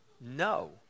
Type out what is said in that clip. no